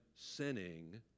sinning